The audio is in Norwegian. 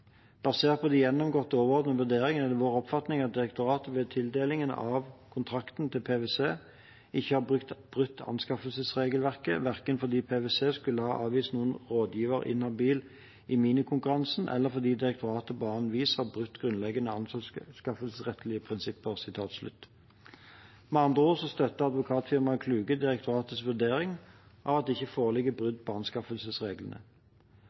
på de gjennomgåtte overordnede vurderinger er det vår oppfatning at direktoratet ved tildelingen av avrop 18/851 til PwC ikke har brutt anskaffelsesregelverket, verken fordi PwC skulle vært avvist som rådgiverinhabil i minikonkurransen, eller fordi direktoratet på annet vis har brutt grunnleggende anskaffelsesrettslige prinsipper». Med andre ord støtter advokatfirmaet Kluge direktoratets vurdering av at det ikke foreligger